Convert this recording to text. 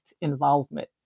involvement